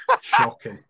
Shocking